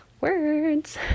words